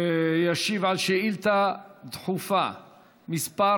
ישיב על שאילתה דחופה מס'